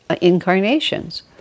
incarnations